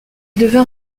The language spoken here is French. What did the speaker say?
devint